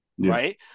Right